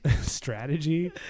strategy